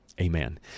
amen